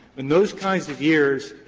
in those kinds of years,